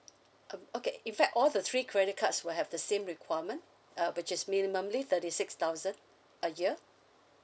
o~ okay in fact all the three credit cards will have the same requirement uh which is minimally thirty six thousand a year